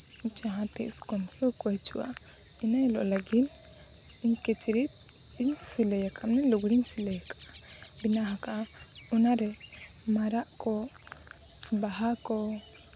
ᱡᱟᱦᱟᱸᱛᱤᱥ ᱜᱚᱢᱠᱮ ᱠᱚ ᱦᱤᱡᱩᱜᱼᱟ ᱤᱱᱟᱹ ᱦᱤᱞᱳᱜ ᱞᱟᱹᱜᱤᱫ ᱠᱤᱪᱨᱤᱡᱽ ᱤᱧ ᱥᱤᱞᱟᱹᱭᱟᱠᱟᱫᱼᱟ ᱞᱩᱜᱽᱲᱤᱡ ᱤᱧ ᱥᱤᱞᱟᱹᱭᱟᱠᱟᱫᱼᱟ ᱵᱮᱱᱟᱣ ᱟᱠᱟᱫᱼᱟ ᱚᱱᱟ ᱨᱮ ᱢᱟᱨᱟᱜ ᱠᱚ ᱵᱟᱦᱟ ᱠᱚ